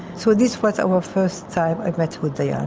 so this was our first time i met ruth dayan